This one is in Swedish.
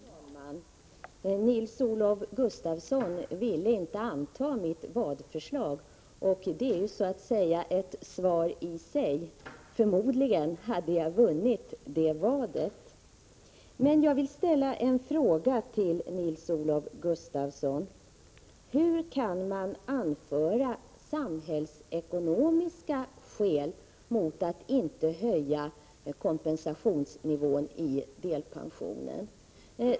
Herr talman! Nils-Olof Gustafsson ville inte anta mitt vadförslag, och det är ju ett svar i sig. Förmodligen hade jag vunnit vadet. Jag vill ställa en fråga till Nils-Olof Gustafsson: Hur kan man anföra samhällsekonomiska skäl mot att höja kompensationsnivån i delpensionen?